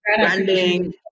branding